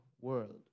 world